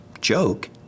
joke